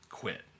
quit